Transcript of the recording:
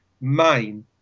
main